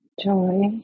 joy